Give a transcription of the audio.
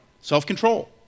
self-control